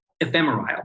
ephemeral